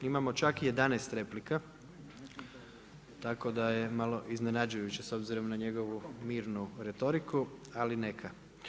Imamo čak 11 replika, tako da je malo iznenađujuće s obzirom na njegovu mirnu retoriku, ali neka.